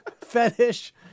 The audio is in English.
fetish